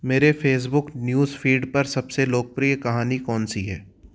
मेरे Facebook newsfeed पर सबसे लोकप्रिय कहानी कौन सी है